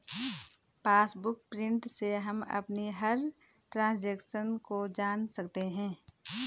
passbook print से हम अपनी हर ट्रांजेक्शन को जान सकते है